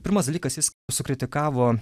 pirmas dalykas jis sukritikavo